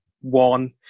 one